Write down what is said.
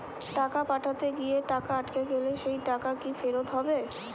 টাকা পাঠাতে গিয়ে টাকা আটকে গেলে সেই টাকা কি ফেরত হবে?